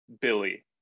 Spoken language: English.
billy